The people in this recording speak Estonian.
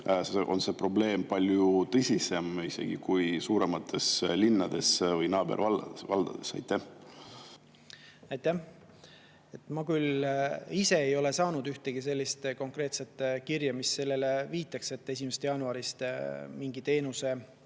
on see probleem palju tõsisem kui suuremates linnades ja nende naabervaldades. Aitäh! Ma ise küll ei ole saanud ühtegi konkreetset kirja, mis sellele viitaks, et 1. jaanuarist mingi teenuse